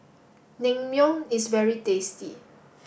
Naengmyeon is very tasty